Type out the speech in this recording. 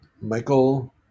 Michael